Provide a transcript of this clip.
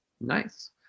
Nice